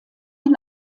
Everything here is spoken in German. ihn